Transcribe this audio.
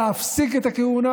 להפסיק את הכהונה.